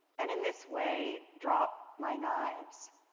and in this way drop my knives.